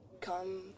come